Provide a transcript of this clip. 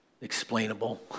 explainable